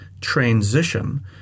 transition